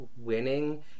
winning